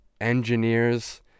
engineers